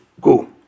go